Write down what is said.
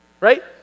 right